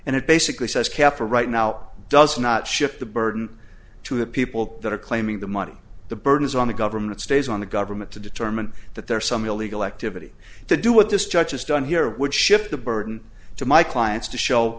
and it basically says capture right now does not shift the burden to the people that are claiming the money the burden is on the government stays on the government to determine that there are some illegal activity to do what this judge has done here would shift the burden to my clients to show